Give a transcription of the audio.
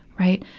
right.